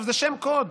זה שם קוד,